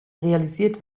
realisiert